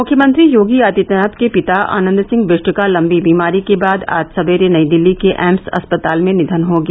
मुख्यमंत्री योगी आदित्यनाथ के पिता आनन्द सिंह बिष्ट का लम्बी बीमारी के बाद आज सबेरे नई दिल्ली के एम्स अस्पताल मे निधन हो गया